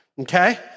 Okay